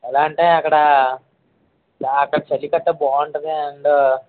ఎలా అంటే అక్కడ అక్కడ చలి కట్టా బోంటది అండ్